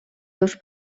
seus